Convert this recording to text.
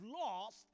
lost